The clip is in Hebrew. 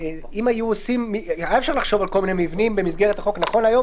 נחשוב על כל מיני מבנים במסגרת החוק ונכון להיום